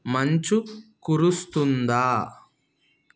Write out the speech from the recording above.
మంచు కురుస్తుందా